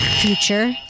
future